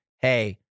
hey